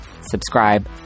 Subscribe